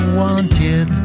wanted